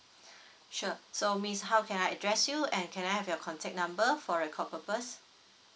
sure so miss how can I address you and can I have your contact number for record purpose